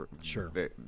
sure